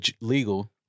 legal